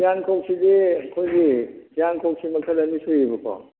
ꯐꯤꯌꯥꯟꯈꯣꯛꯁꯤꯗꯤ ꯑꯩꯈꯣꯏꯒꯤ ꯐꯤꯌꯥꯟꯈꯣꯛꯁꯦ ꯃꯈꯜ ꯑꯅꯤ ꯁꯨꯏꯌꯦꯕꯀꯣ